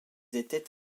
était